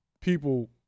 people